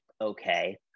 okay